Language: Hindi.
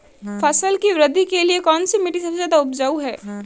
फसल की वृद्धि के लिए कौनसी मिट्टी सबसे ज्यादा उपजाऊ है?